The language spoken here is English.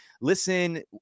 listen